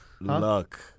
luck